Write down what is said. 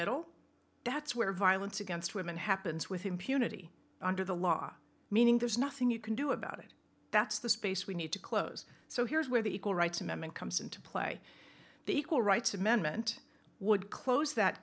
middle that's where violence against women happens with impunity under the law meaning there's nothing you can do about it that's the space we need to close so here's where the equal rights amendment comes into play the equal rights amendment would close that